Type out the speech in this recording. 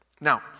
Now